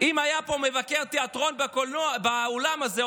אם היה פה מבקר תיאטרון באולם הזה,